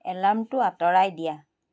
এলাৰ্মটো আঁতৰাই দিয়া